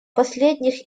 последних